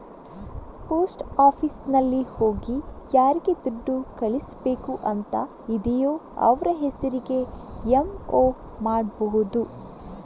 post ಆಫೀಸಿನಲ್ಲಿ ಹೋಗಿ ಯಾರಿಗೆ ದುಡ್ಡು ಕಳಿಸ್ಬೇಕು ಅಂತ ಇದೆಯೋ ಅವ್ರ ಹೆಸರಿಗೆ ಎಂ.ಒ ಮಾಡ್ಬಹುದು